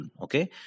Okay